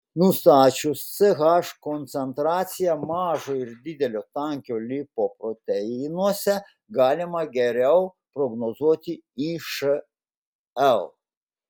nustačius ch koncentraciją mažo ir didelio tankio lipoproteinuose galima geriau prognozuoti išl